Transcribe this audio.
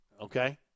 Okay